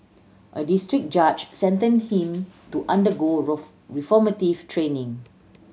a district judge sentenced him to undergo reformative training